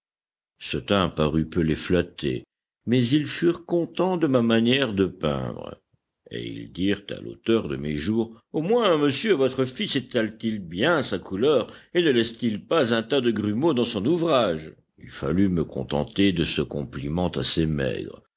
ce teint parut peu les flatter mais ils furent contents de ma manière de peindre et ils dirent à l'auteur de mes jours au moins monsieur votre fils étale t il bien sa couleur et ne laisse-t-il pas un tas de grumeaux dans son ouvrage il fallut me contenter de ce compliment assez maigre